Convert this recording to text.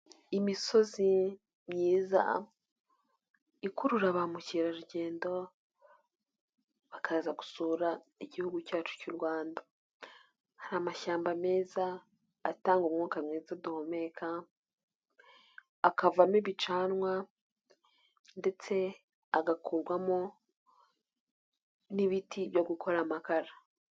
Imisozi myiza ikurura ba mukerarugendo bakaza gusura Igihugu cyacu cy'u Rwanda. Hari amashyamba meza, atanga umwuka mwiza duhumeka, akavamo ibicanwa ndetse agakurwamo n'ibiti byo gukora amakara.